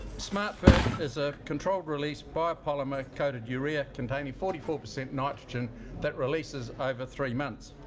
smartfert is a controlled release biopolymer coated urea containing forty four percent nitrogen that releases over three months.